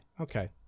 Okay